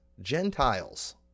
Gentiles